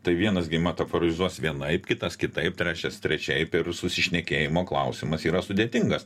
tai vienas gi metaforizuos vienaip kitas kitaip trečias trečiaip ir susišnekėjimo klausimas yra sudėtingas